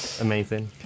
Amazing